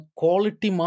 quality